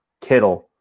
Kittle